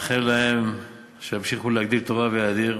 נאחל להם שימשיכו להגדיל תורה ולהאדיר,